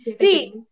See